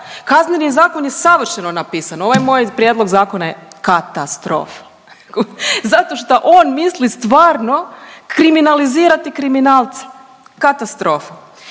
Kazneni zakon je savršeno napisan, ovaj moj prijedlog zakona je katastrofa zato šta on misli stvarno kriminalizirati kriminalce, katastrofa.